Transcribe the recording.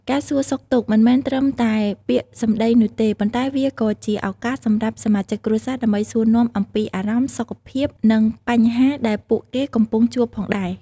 ការសួរសុខទុក្ខមិនមែនត្រឹមតែពាក្យសម្ដីនោះទេ ប៉ុន្តែវាក៏ជាឱកាសសម្រាប់សមាជិកគ្រួសារដើម្បីសួរនាំអំពីអារម្មណ៍ សុខភាព និងបញ្ហាដែលពួកគេកំពុងជួបផងដែរ។